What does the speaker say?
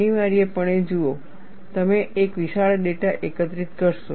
અનિવાર્યપણે જુઓ તમે એક વિશાળ ડેટા એકત્રિત કરશો